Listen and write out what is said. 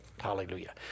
Hallelujah